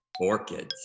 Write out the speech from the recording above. Orchids